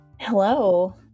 Hello